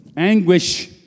anguish